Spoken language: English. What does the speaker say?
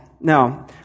Now